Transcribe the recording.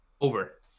over